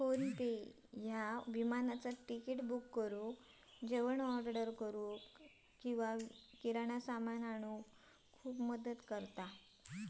PhonePe विमानाचा ticket book करुक, जेवण ऑर्डर करूक किंवा किराणा सामान आणूक मदत करता